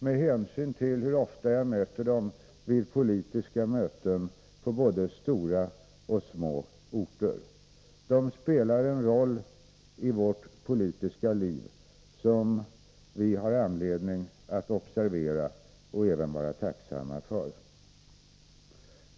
Med hänsyn till hur ofta jag möter dem vid politiska möten i både stora och små orter är jag förvånad över att de inte är fler. De spelar en roll i vårt politiska liv som vi har anledning att observera och även vara tacksamma för.